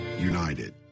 united